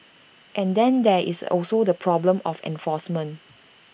and then there is also the problem of enforcement